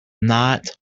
not